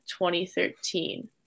2013